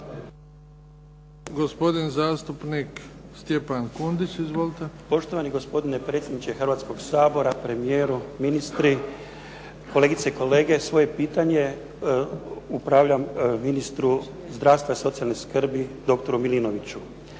Gospodin zastupnik Stjepan Kundić. Izvolite. **Kundić, Stjepan (HDZ)** Poštovani gospodine predsjedniče Hrvatskog sabora, premijeru, ministri, kolegice i kolege. Svoje pitanje upravljam ministru zdravstva i socijalne skrbi, doktoru Milinoviću.